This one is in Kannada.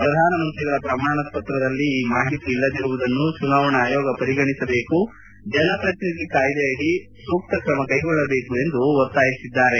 ಪ್ರಧಾನಮಂತ್ರಿಗಳ ಪ್ರಮಾಣಪತ್ರದಲ್ಲಿ ಈ ಮಾಹಿತಿ ಇಲ್ಲದಿರುವುದನ್ನು ಚುನಾವಣಾ ಆಯೋಗ ಪರಿಗಣಿಸಬೇಕು ಜನಪ್ರತಿನಿಧಿ ಕಾಯ್ದೆಯಡಿ ಸೂಕ್ತ ಕ್ರಮ ಕೈಗೊಳ್ಳಬೇಕು ಎಂದು ಒತ್ತಾಯಿಸಿದ್ದಾರೆ